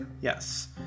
Yes